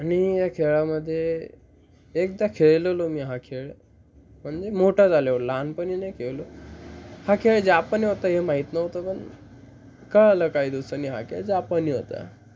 आणि या खेळामध्ये एकदा खेळलेलो मी हा खेळ म्हणजे मोठा झाल्यावर लहानपणी नाही खेळलो हा खेळ जपानी होता हे माहीत नव्हतं पण कळालं काही दिवसांनी हा खेळ जपानी होता